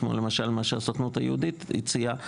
כמו למשל מה שהסוכנות היהודית הציעה,